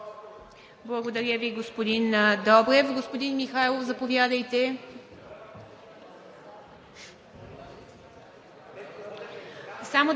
Благодаря Ви, господин Добрев. Господин Михайлов, заповядайте.